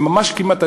זה ממש כמעט,